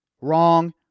Wrong